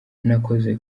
nakoze